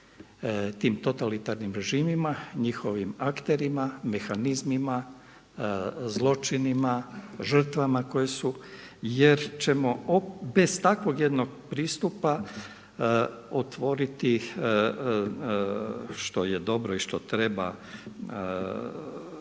tim totalitarnim režimima, njihovim akterima, mehanizmima, zločinima, žrtvama koje su jer ćemo bez takvog jednog pristupa otvoriti što je dobro i što treba prostor